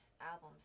albums